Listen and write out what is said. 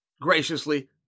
graciously